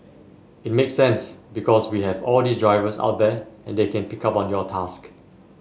it makes sense because we have all these drivers out there and they can pick up on your task